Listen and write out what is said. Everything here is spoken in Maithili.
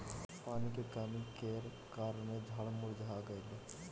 पानी के कमी केर कारणेँ झाड़ मुरझा गेलै